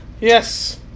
Yes